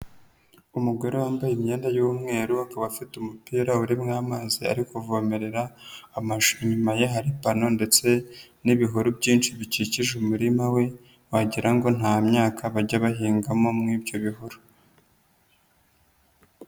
Umugore wambaye imyenda y'umweru akaba afite umupira urimo amazi ari kuvomerera amashu, inyuma ye hari pono ndetse n'ibihuru byinshi bikikije umurima we wagirango ngo nta myaka bajya bahingamo muri ibyo bihuru.